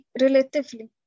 relatively